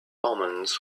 omens